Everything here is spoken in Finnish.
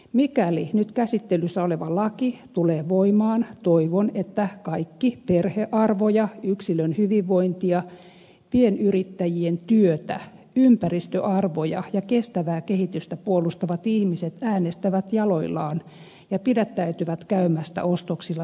mikäli nyt käsittelyssä oleva laki tulee voimaan toivon että kaikki perhearvoja yksilön hyvinvointia pienyrittäjien työtä ympäristöarvoja ja kestävää kehitystä puolustavat ihmiset äänestävät jaloillaan ja pidättäytyvät käymästä ostoksilla sunnuntaisin